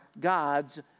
God's